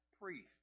priest